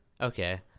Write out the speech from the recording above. Okay